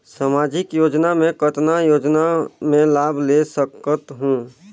समाजिक योजना मे कतना योजना मे लाभ ले सकत हूं?